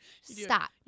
stop